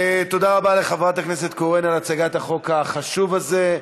תודה רבה לחברת הכנסת קורן על הצגת החוק החשוב הזה.